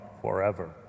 forever